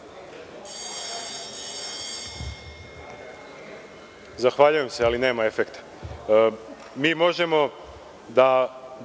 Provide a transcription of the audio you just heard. firme….Zahvaljujem se, ali nema efekta. Mi možemo